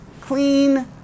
clean